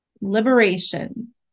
liberation